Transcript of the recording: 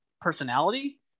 personality